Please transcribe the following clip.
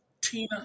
Tina